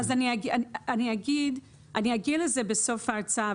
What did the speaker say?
אני אגיע לזה בסוף ההרצאה.